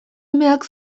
emeak